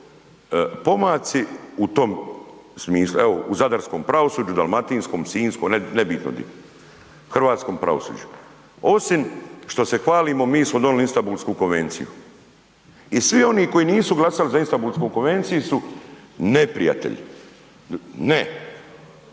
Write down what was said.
pomaci u tom smislu, evo u zadarskom pravosuđu, dalmatinskom, sinjskom nebitno di, hrvatskom pravosuđu osim što se hvalimo mi smo donijeli Istambulsku konvenciju. I svi oni koji nisu glasali za Istambulsku konvenciju su neprijatelji. Ne.